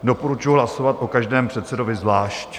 Doporučuji hlasovat o každém předsedovi zvlášť.